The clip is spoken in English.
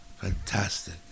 fantastic